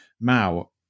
Mao